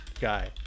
guy